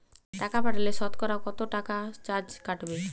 টাকা পাঠালে সতকরা কত টাকা চার্জ কাটবে?